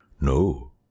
no